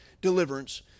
Deliverance